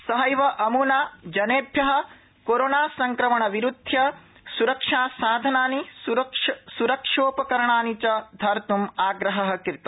सहैव जनेभ्य कोरोनासंक्रमणविरूद्वय सुरक्षासाधनानि सरक्षोपकरणानि च धर्तम् आग्रह कृत